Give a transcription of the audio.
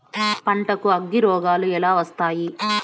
పంటకు అగ్గిరోగాలు ఎలా వస్తాయి?